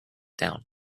down